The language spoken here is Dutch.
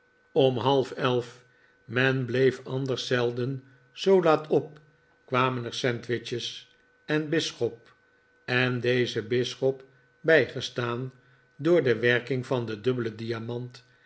om half elf men bleef anders zelden zoo laat op kwamen er sandwiches en bisschop en deze bisschop bijgestaan door de werking van den dubbelen diamant